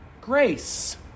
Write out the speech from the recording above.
Grace